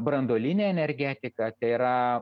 branduolinę energetiką tai yra